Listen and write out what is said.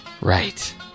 Right